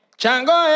chango